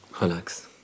relax